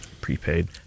prepaid